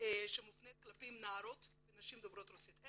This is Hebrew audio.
שמופנית כלפי נערות ונשים דוברות רוסית.